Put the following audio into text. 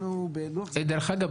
אנחנו בלוח זמנים --- דרך אגב,